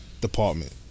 department